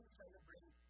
celebrate